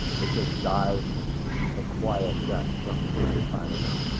it ah dies a quiet death from him not signing it.